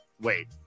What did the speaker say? Wait